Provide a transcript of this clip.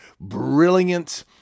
brilliant